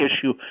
issue